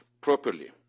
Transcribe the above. properly